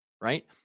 Right